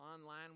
online